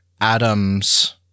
Adams